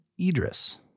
Idris